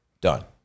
Done